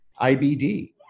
IBD